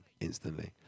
instantly